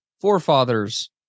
Forefathers